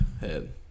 head